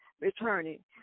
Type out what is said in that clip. returning